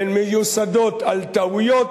הן מיוסדות על טעויות,